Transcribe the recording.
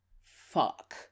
fuck